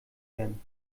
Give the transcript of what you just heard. werden